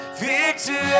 victory